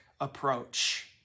approach